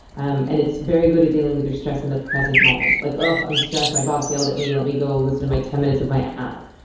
um and it's very good at dealing with your stress in the present moment, like, oh, i'm stressed. my boss yelled at me. let me go listen to my ten minutes of my app,